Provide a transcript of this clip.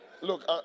Look